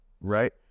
right